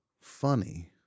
funny